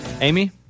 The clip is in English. Amy